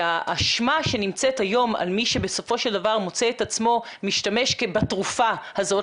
האשמה שנמצאת היום על מי שבסופו של דבר מוצא את עצמו משתמש בתרופה הזאת,